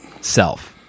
self